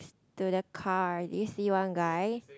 to the car do you see one guy